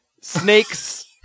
snakes